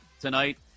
tonight